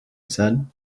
said